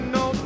no